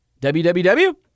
www